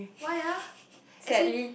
why ah as in